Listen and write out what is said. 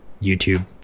YouTube